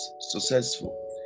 successful